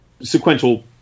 sequential